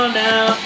now